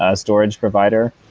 ah storage provider.